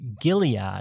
Gilead